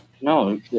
No